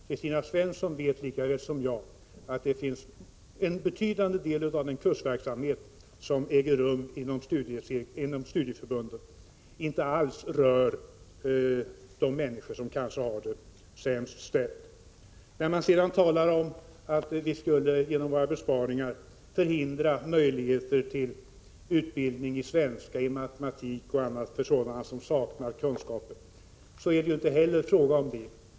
Kristina Svensson vet lika väl som jag att en betydande del av den kursverksamhet som äger rum inom studieförbunden inte alls rör de människor som kanske har det sämst ställt. Sedan talas det om att vi genom våra besparingar skulle försämra möjligheterna till utbildning i svenska och matematik m.m. för dem som saknar kunskaper. Det är ju inte detta frågan gäller.